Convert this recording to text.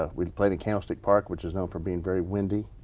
ah we played in candlestick park. which is known for being very windy.